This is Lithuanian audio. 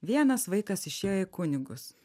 vienas vaikas išėjo į kunigus